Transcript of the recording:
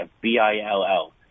B-I-L-L